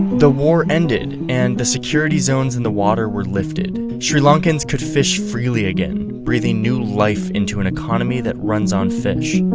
the war ended and the security zones in the water were lifted. sri lankans could fish freely again, breathing new life into an economy that runs on fish.